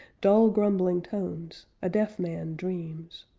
dull grumbling tones, a deaf man dreams,